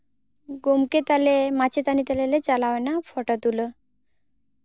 ᱜᱚᱢᱠᱮ ᱛᱟᱞᱮ ᱢᱟᱪᱮᱛᱟ ᱱᱤ ᱛᱟᱞᱮ ᱞᱮ ᱪᱟᱞᱟᱣ ᱮᱱᱟ ᱯᱷᱳᱴᱳ ᱛᱩᱞᱟᱹᱣ